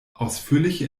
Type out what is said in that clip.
ausführliche